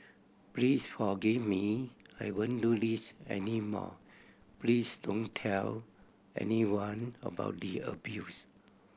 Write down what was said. please forgive me I won't do this any more please don't tell anyone about the abuse